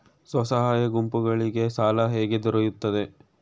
ಸ್ವಸಹಾಯ ಗುಂಪುಗಳಿಗೆ ಸಾಲ ಹೇಗೆ ದೊರೆಯುತ್ತದೆ?